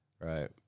Right